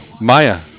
Maya